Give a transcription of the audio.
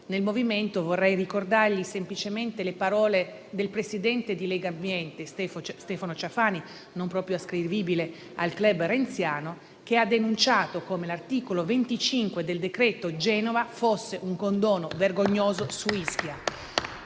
sul MoVimento, vorrei ricordare semplicemente le parole del Presidente di Legambiente, Stefano Ciafani, non proprio ascrivibile al *club* renziano, che ha denunciato come l'articolo 25 del cosiddetto decreto Genova fosse un condono vergognoso su Ischia.